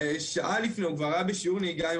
שעה לפני הוא כבר היה בשיעור נהיגה עם